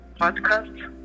podcast